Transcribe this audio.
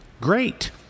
Great